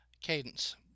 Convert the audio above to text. Cadence